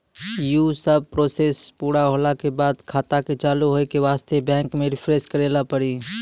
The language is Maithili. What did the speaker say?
यी सब प्रोसेस पुरा होला के बाद खाता के चालू हो के वास्ते बैंक मे रिफ्रेश करैला पड़ी?